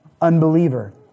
unbeliever